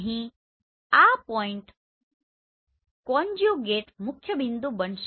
અહીં આ point conjugate મુખ્યબિંદુ બનશે